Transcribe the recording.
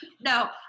no